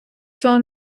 цього